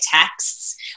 texts